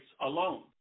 alone